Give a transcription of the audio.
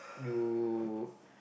you